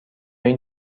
این